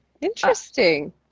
interesting